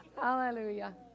hallelujah